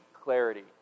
clarity